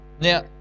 Now